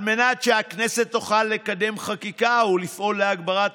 על מנת שהכנסת תוכל לקדם חקיקה ולפעול להגברת